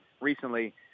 recently